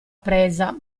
presa